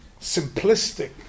simplistic